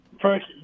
first